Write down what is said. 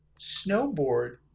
snowboard